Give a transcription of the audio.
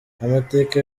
amateka